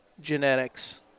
genetics